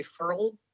referral